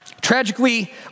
Tragically